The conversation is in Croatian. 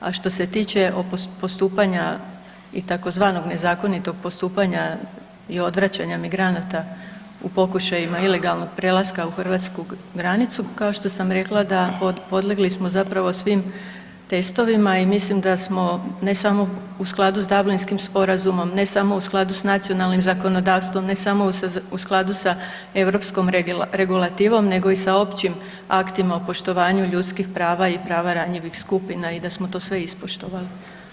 A što se tiče o postupanja i tzv. nezakonitog postupanja i odvraćanja migranata u pokušajima ilegalnog prelaska u hrvatsku granicu, kao što sam rekla da podlegli smo zapravo svim testovima i mislim da smo, ne samo u skladu s Dublinskim sporazumom, ne samo u skladu s nacionalnim zakonodavstvom, ne samo u skladu sa europskom regulativom, nego i sa općim aktima o poštovanju ljudskih prava i prava ranjivih skupina i da smo to sve ispoštovali.